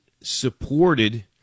supported